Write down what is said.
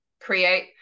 create